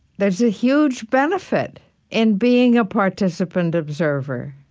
there's a huge benefit in being a participant-observer.